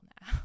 now